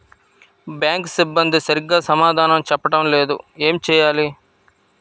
Bank సిబ్బంది సరిగ్గా సమాధానం చెప్పటం లేదు ఏం చెయ్యాలి?